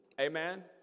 Amen